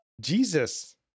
Jesus